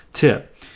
tip